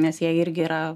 nes jie irgi yra